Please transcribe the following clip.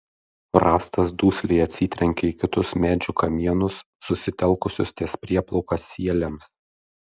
rąstas dusliai atsitrenkė į kitus medžių kamienus susitelkusius ties prieplauka sieliams